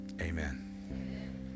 Amen